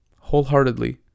Wholeheartedly